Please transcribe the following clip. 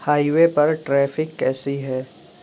high وے پر traffic کیسی ہے